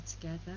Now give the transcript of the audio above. together